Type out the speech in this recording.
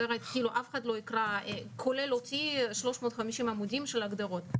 אחרת כאילו אף אחד לא יקרא כולל אותי 350 עמודים של הגדרות.